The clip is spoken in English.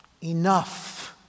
enough